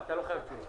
אתה לא חייב בתשובה